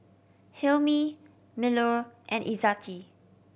Hilmi Melur and Izzati